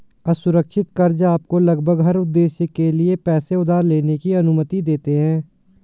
असुरक्षित कर्ज़ आपको लगभग हर उद्देश्य के लिए पैसे उधार लेने की अनुमति देते हैं